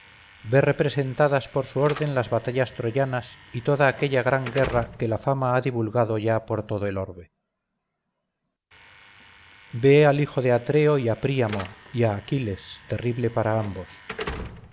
ve representadas por su orden las batallas troyanas y toda aquella gran guerra que la fama ha divulgado ya por todo el orbe ve al hijo de atreo y a príamo y a aquiles terrible para ambos